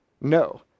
no